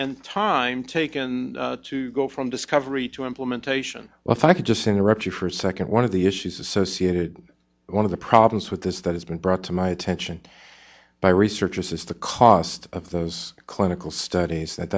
and time taken to go from discovery to implementation well if i could just interrupt you for a second one of the issues associated one of the problems with this that has been brought to my attention by researchers is the cost of those clinical studies that